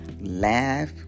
laugh